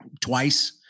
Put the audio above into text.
twice